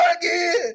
again